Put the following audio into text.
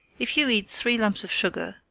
if you eat three lumps of sugar,